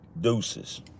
Deuces